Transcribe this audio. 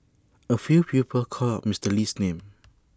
A few people called out Mister Lee's name